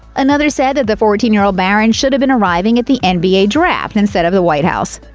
another said that the fourteen year old barron should have been arriving at the and nba draft, instead of the white house.